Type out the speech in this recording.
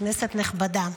כנסת נכבדה,